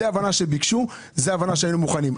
זו ההבנה שביקשו, זו ההבנה שהיו מוכנים.